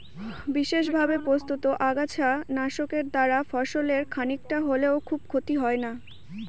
বিশেষভাবে প্রস্তুত আগাছা নাশকের দ্বারা ফসলের খানিকটা হলেও খুব ক্ষতি হয় না